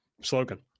slogan